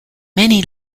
many